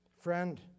Friend